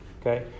Okay